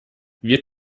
wir